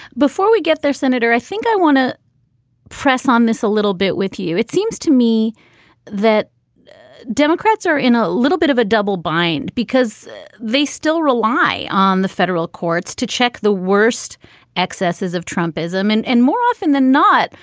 before we get there senator i think i want to press on this a little bit with you it seems to me that democrats are in a little bit of a double bind because they still rely on the federal courts to check the worst excesses of trump ism and and more often than not.